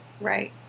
Right